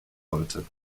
wollte